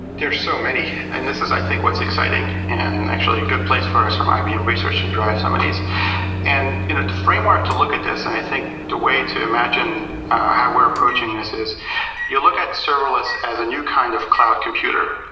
there is so many and this is i think what's exciting and actually a good place for us from ibm research to drive some of these and the you know framework to look at this and i think the way to imagine how we're approaching this is you look at serverless as a new kind of cloud computer.